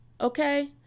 Okay